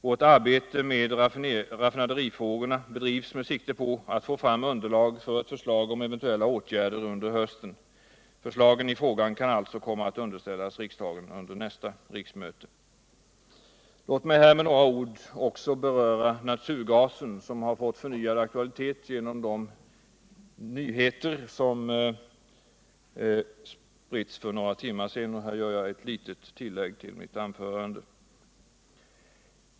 Vårt arbete med raffinaderifrågorna bedrivs med sikte på att få fram underlag för förslag om eventuella åtgärder under hösten. Förslagen i frågan kan alltså komma att underställas riksdagen under nästa riksmöte. Låt mig här med några ord också beröra naturgasen, som har fått omedelbar aktualitet genom de nyheter som spritts för några tummar sedan.